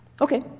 Okay